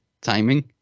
timing